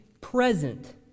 present